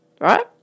right